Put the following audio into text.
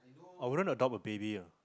I wouldn't adopt a baby ah